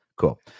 Cool